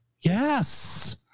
Yes